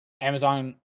amazon